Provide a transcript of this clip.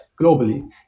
globally